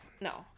No